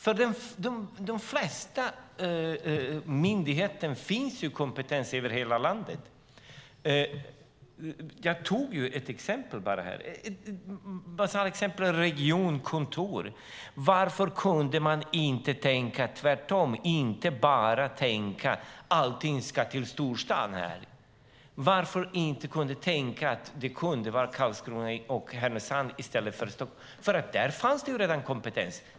I de flesta myndigheter finns kompetens över hela landet. Jag tog ett basalt exempel med ett regionkontor. Varför kunde de inte tänka tvärtom och inte bara tänka att allting ska till storstaden? Varför kunde de inte tänka att det kunde vara Karlskrona och Härnösand i stället för Stockholm? Där fanns det redan kompetens.